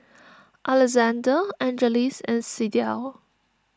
Alexandr Angeles and Sydell